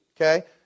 Okay